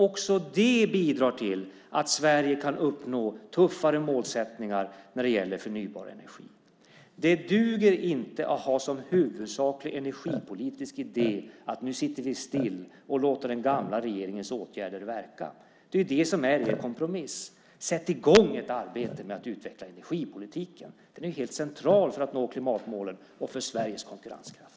Också det bidrar till att Sverige kan uppnå tuffare mål när det gäller förnybar energi. Det duger inte att ha som huvudsaklig energipolitisk idé att nu sitter vi still och låter den gamla regeringens åtgärder verka. Det är det som är er kompromiss. Sätt i gång ett arbete med att utveckla energipolitiken! Den är helt central för att nå klimatmålen och för Sveriges konkurrenskraft.